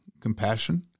compassion